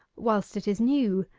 whilst it is new,